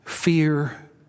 Fear